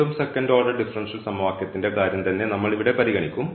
വീണ്ടും second order differential സമവാക്യത്തിന്റെ കാര്യം തന്നെ നമ്മൾ ഇവിടെ പരിഗണിക്കും